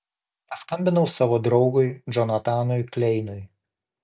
paskambinau savo draugui džonatanui kleinui